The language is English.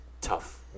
tough